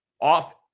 Off